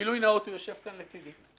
גילוי נאות: הוא יושב כאן לצדי,